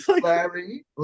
larry